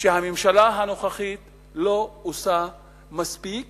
שהממשלה הנוכחית לא עושה מספיק